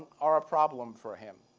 are a problem for him.